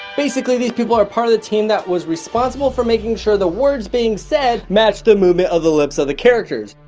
basically these people are part of the team that was responsible for making sure the words being said matched the movement of the lips of the characters.